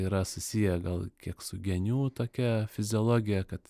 yra susiję gal kiek su genių tokia fiziologija kad